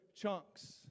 chunks